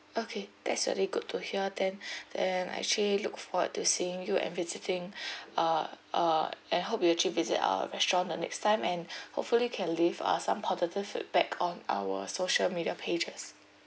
okay that's very good to hear then then actually look forward to seeing you and visiting uh uh and hope you actually visit our restaurant the next time and hopefully you can leave uh some positive feedback on our social media pages